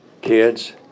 kids